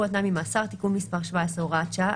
על תנאי ממאסר (תיקון מס' 17 הוראת שעה),